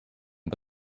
but